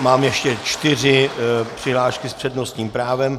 Mám ještě čtyři přihlášky s přednostním právem.